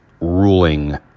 ruling